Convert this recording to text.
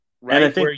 right